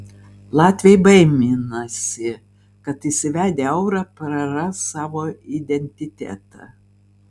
latviai baiminasi kad įsivedę eurą praras savo identitetą